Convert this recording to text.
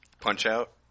Punch-Out